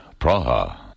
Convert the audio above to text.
Praha